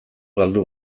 galdu